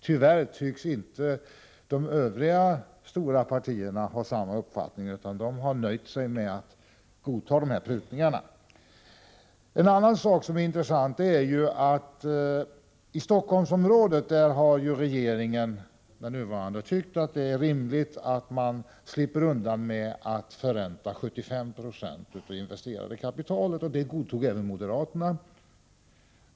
Tyvärr tycks inte de övriga stora partierna ha samma uppfattning, utan de har gått med på dessa prutningar. En annan intressant sak är att den nuvarande regeringen har tyckt att det är rimligt att man i Stockholmsområdet slipper undan med att förränta 75 26 av det investerade kapitalet. Detta godtogs även av moderaterna.